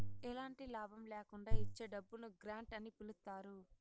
ఎలాంటి లాభం ల్యాకుండా ఇచ్చే డబ్బును గ్రాంట్ అని పిలుత్తారు